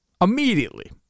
immediately